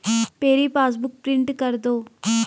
मेरी passbook print कर दो